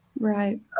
Right